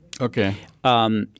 Okay